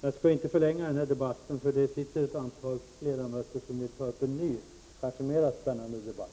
Jag skall inte förlänga debatten. Det finns ju ett antal ledamöter här som sitter och väntar på att få ta upp en ny och kanske mera spännande debatt.